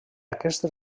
aquests